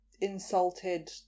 insulted